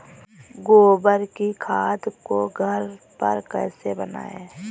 गोबर की खाद को घर पर कैसे बनाएँ?